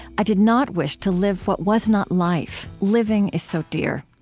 i did not wish to live what was not life, living is so dear,